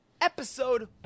episode